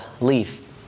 leaf